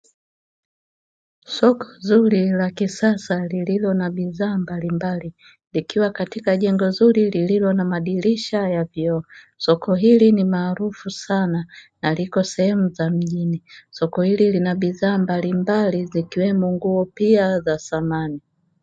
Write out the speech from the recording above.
Soko zuri la kisasa lililo na bidhaa mbalimbali likiwa katika jengo zuri lililo na madirisha ya vioo, soko hili ni maarufu sana na liko sehemu za mjini, soko hili lina bidhaa mbalimbali zikiwemo pia nguo za thamani.